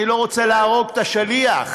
אני לא רוצה להרוג את השליח,